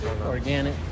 organic